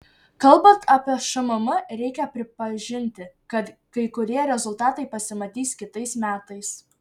kalbant apie šmm reikia pripažinti kad kai kurie rezultatai pasimatys kitais metais